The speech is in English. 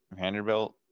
Vanderbilt